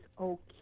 okay